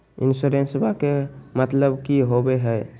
इंसोरेंसेबा के मतलब की होवे है?